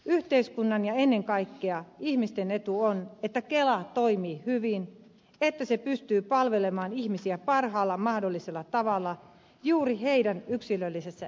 yhteiskunnan ja ennen kaikkea ihmisten etu on että kela toimii hyvin että se pystyy palvelemaan ihmisiä parhaalla mahdollisella tavalla juuri heidän yksilöllisessä elämäntilanteessaan